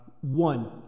one